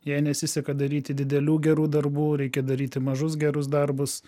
jei nesiseka daryti didelių gerų darbų reikia daryti mažus gerus darbus